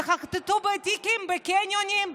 תחטטו בתיקים בקניונים,